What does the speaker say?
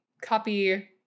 copy